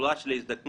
בתחלואה של ההזדקנות,